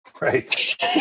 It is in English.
Right